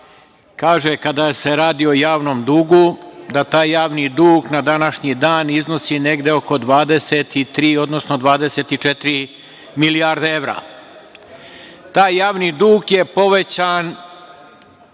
kaže kada se radi o javnom dugu da taj javni dug na današnji dan iznosi negde oko 23, odnosno 24 milijarde evra. Taj javni dug je povećan